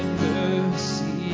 mercy